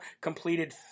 completed